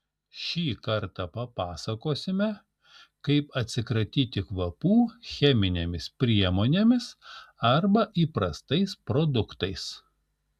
šį kartą papasakosime kaip atsikratyti kvapų cheminėmis priemonėmis arba įprastais produktais